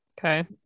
Okay